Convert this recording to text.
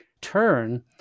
turn